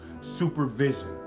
supervision